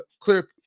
clear